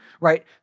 right